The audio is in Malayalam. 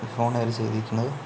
ഈ ഫോൺ അവർ ചെയ്തിരിക്കുന്നത്